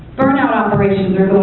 burnout operations